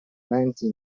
lenti